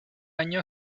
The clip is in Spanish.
año